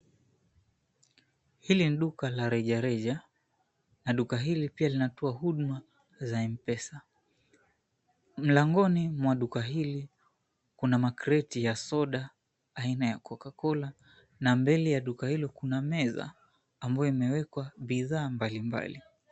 Hili ni duka la rejareja na duka hili pia linatoa huduma za mpesa. Mlangoni mwa duka hili kuna makreti ya soda aina ya Coca-Cola n mbele ya duka hilo kuna meza ambayo imewekwa bidhaa mbalimbali.